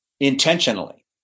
intentionally